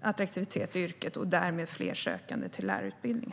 attraktivitet för yrket och därmed fler sökande till lärarutbildningen.